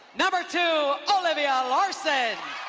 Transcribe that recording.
number two, olivia larsen.